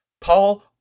Paul